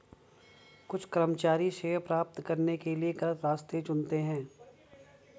कुछ कर्मचारी श्रेय प्राप्त करने के लिए गलत रास्ते चुनते हैं